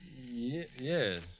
Yes